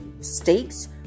states